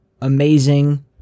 amazing